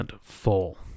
full